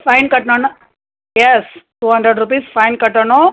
fine கட்டினோன்ன yes two hundred rupees fine கட்டணும்